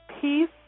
Peace